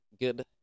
Good